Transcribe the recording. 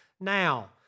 now